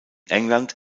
england